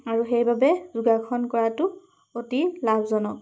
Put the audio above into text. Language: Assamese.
আৰু সেইবাবে যোগাসন কৰাতো অতি লাভজনক